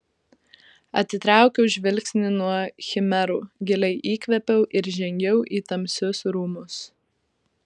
atitraukiau žvilgsnį nuo chimerų giliai įkvėpiau ir žengiau į tamsius rūmus